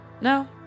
No